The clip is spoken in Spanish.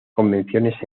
convenciones